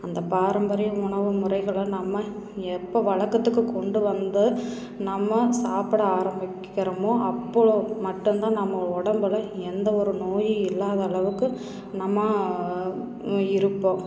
அந்த பாரம்பரிய உணவு முறைகளை நம்ம எப்போ வழக்கத்துக்கு கொண்டு வந்து நம்ம சாப்பிட ஆரம்பிக்கிறோமோ அப்போ மட்டுந்தான் நம்ம உடம்புல எந்த ஒரு நோயும் இல்லாத அளவுக்கு நம்ம இருப்போம்